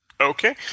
Okay